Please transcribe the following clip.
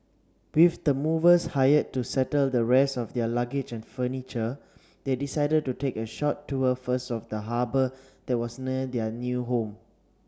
with the movers hired to settle the rest of their luggage and furniture they decided to take a short tour first of the harbour that was near their new home